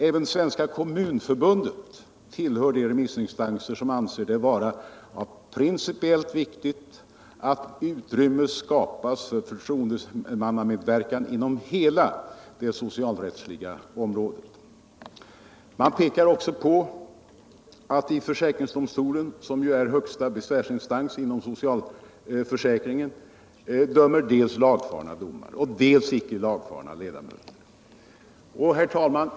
Även Svenska kommunförbundet tillhör de remissinstanser som anser det vara principiellt viktigt att utrymme skapas för förtroendemannamedverkan inom hela det socialrättsliga området. Man pekar också på att i försäkringsdomstolen, som ju är högsta besvärsinstans inom socialförsäkringen, dömer dels lagfarna domare, dels icke lagfarna ledamöter. Herr talman!